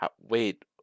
Wait